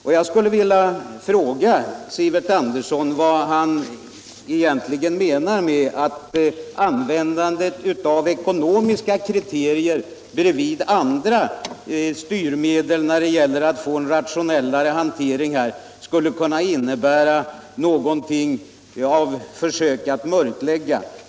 Så vill jag fråga herr Sivert Andersson vad han egentligen menar med att användandet av ekonomiska kriterier bredvid andra styrmedel när det gäller att få en rationellare hantering skulle kunna innebära någonting av försök till mörkläggning.